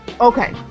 okay